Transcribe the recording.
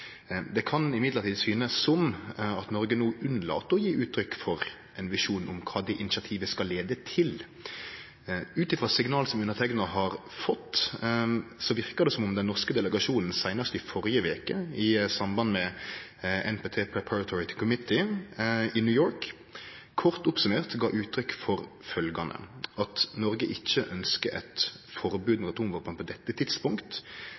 Det kan likevel synast som om Noreg no unnlèt å gje uttrykk for ein visjon om kva det initiativet skal føre til. Ut frå signal som underteikna har fått, verkar det som om den norske delegasjonen – seinast i førre veke – i samband med NTP Preparatory Committee i New York kort summert gav uttrykk for følgjande: at Noreg ikkje ønskjer eit forbod mot atomvåpen på dette